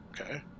Okay